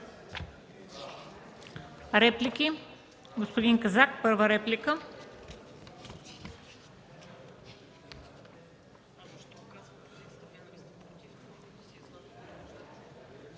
Реплики? Господин Казак – първа реплика.